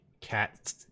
cat